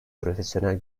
profesyonel